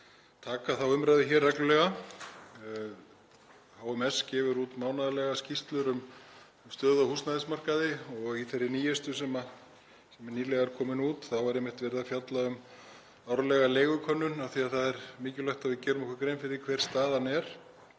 taka þá umræðu hér reglulega. HMS gefur út mánaðarlegar skýrslur um stöðu á húsnæðismarkaði og í þeirri nýjustu sem nýlega er komin út er einmitt verið að fjalla um árlega leigukönnun af því að það er mikilvægt að við gerum okkur grein fyrir því hver staðan er.